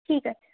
ঠিক আছে